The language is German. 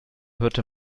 hörte